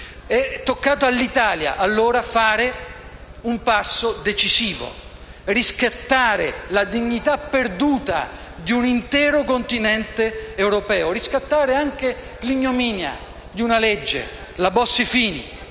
È toccato all'Italia allora fare un passo decisivo, riscattare la dignità perduta di un intero continente europeo; riscattare anche l'ignominia di una legge, la cosiddetta